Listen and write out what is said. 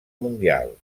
mundial